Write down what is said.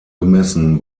gemessen